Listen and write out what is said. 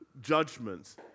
judgments